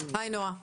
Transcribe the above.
שלום נועה.